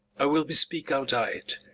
i will bespeak our diet,